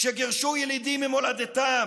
כשגירשו ילידים ממולדתם,